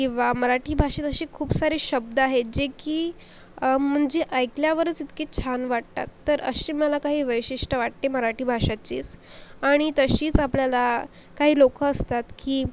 किंवा मराठी भाषेत असे खूप सारे शब्द आहेत जे की म्हणजे ऐकल्यावरच इतके छान वाटतात तर असे मला काही वैशिष्ट्य वाटते मराठी भाषेचेस आणि तशीच आपल्याला काही लोक असतात की